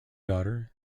daughter